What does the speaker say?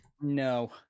No